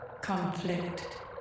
conflict